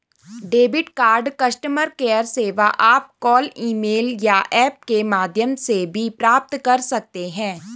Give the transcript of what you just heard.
debit card customer care सेवा आप call email या ऐप के माध्यम से भी प्राप्त कर सकते हैं